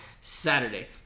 Saturday